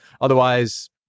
Otherwise